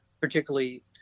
particularly